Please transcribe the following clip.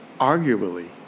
Arguably